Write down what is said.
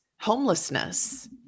homelessness